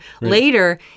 Later